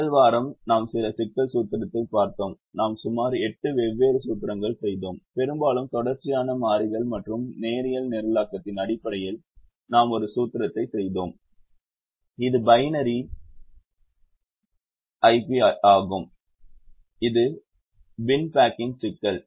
முதல் வாரம் நாம் சில சிக்கல் சூத்திரங்களைப் பார்த்தோம் நாம் சுமார் 8 வெவ்வேறு சூத்திரங்களைச் செய்தோம் பெரும்பாலும் தொடர்ச்சியான மாறிகள் மற்றும் நேரியல் நிரலாக்கத்தின் அடிப்படையில் நாம் ஒரு சூத்திரத்தை செய்தோம் இது பைனரி ஐபி ஆகும் இது பின் பேக்கிங் சிக்கல்